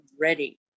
ready